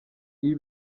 ibi